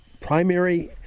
primary